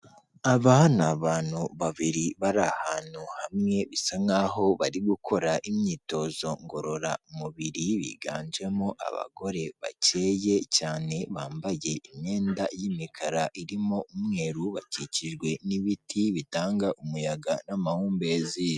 Aba ni abantu babiri bari ahantu hamwe, bisa nkaho bari gukora imyitozo ngororamubiri, biganjemo abagore bakeye cyane bambaye imyenda y'imikara irimo umweru, bakikijwe n'ibiti bitanga umuyaga n'amahumbezi.